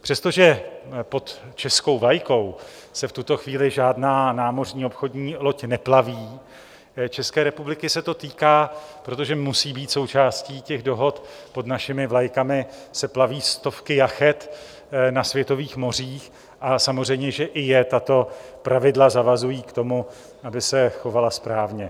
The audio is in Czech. Přestože pod českou vlajkou se v tuto chvíli žádná námořní obchodní loď neplaví, České republiky se to týká, protože musí být součástí těch dohod, pod našimi vlajkami se plaví stovky jachet na světových mořích a samozřejmě že i je tato pravidla zavazují k tomu, aby se chovala správně.